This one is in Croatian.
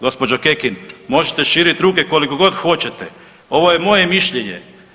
Gospođo Kekin, možete širit ruke koliko god hoćete, ovo je moje mišljenje.